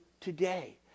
today